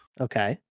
Okay